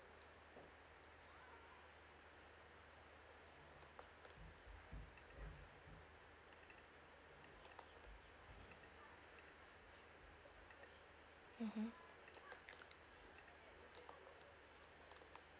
mmhmm